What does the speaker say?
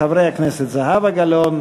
חברי הכנסת זהבה גלאון,